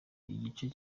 igice